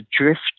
drift